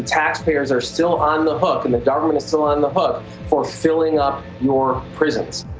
taxpayers are still on the hook and the government is still on the hook for filling up your prisons.